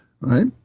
right